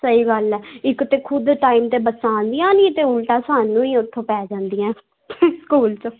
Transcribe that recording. ਸਹੀ ਗੱਲ ਹੈ ਇੱਕ ਤਾਂ ਖੁਦ ਟਾਈਮ 'ਤੇ ਬੱਸਾਂ ਆਉਂਦੀਆਂ ਨਹੀਂ ਅਤੇ ਉਲਟਾ ਸਾਨੂੰ ਹੀ ਉੱਥੋਂ ਪੈ ਜਾਂਦੀਆਂ ਸਕੂਲ 'ਚੋਂ